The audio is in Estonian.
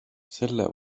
selle